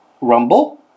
Rumble